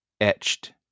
etched